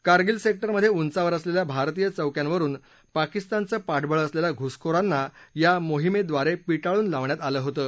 कारगील सेक्टरमध्ये उंचांवर असलेल्या भारतीय चौक्यांवरून पाकिस्तानचं पाठबळ असलेल्या घुसखोरांना या मोहिमेद्वारे पिटाळून लावण्यात आलं होतं